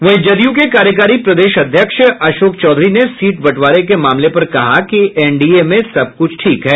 वहीं जदयू के कार्यकारी प्रदेश अध्यक्ष अशोक चौधरी ने सीट बंटवारे के मामले पर कहा कि एनडीए में सब कुछ ठीक है